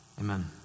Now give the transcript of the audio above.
Amen